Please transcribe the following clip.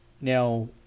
now